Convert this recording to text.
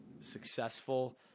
successful